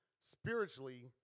Spiritually